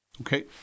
okay